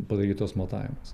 padaryt tuos matavimus